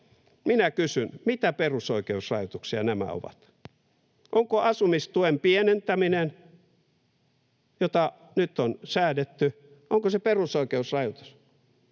Minä kysyn, mitä perusoikeusrajoituksia nämä ovat? Onko asumistuen pienentäminen, josta nyt on säädetty, perusoikeusrajoitus?